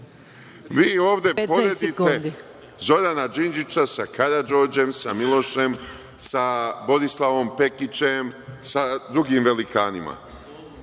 Vi ovde poredite Zorana Đinđića sa Karađorđem, sa Milošem, sa Borislavom Pekićem, sa drugim velikanima.